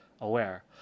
aware